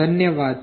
धन्यवाद